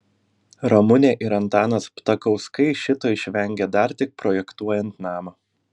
ramunė ir antanas ptakauskai šito išvengė dar tik projektuojant namą